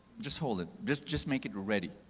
just hold it, just just make it ready.